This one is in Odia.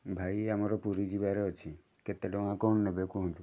ଭାଇ ଆମର ପୁରୀ ଯିବାର ଅଛି କେତେ ଟଙ୍କା କ'ଣ ନେବେ କୁହନ୍ତୁ